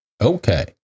Okay